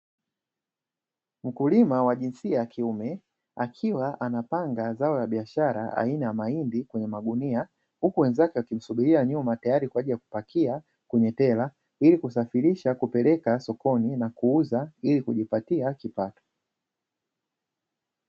Mkulima wa jinsia ya kiume, akiwa anapanga zao la biashara aina ya mahindi kwenye magunia, huku wenzake wakimsubiria nyuma, tayari kwa ajili ya kupakia kwenye tela ili kusafirisha kupeleka sokoni na kuuza, ili kujipatia kipato.